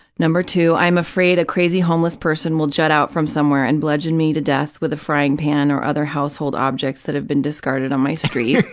number two, i am afraid a crazy homeless person will jut out from somewhere and bludgeon me to death with a frying pan or other household objects that have been discarded on my street.